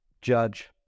judge